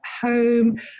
home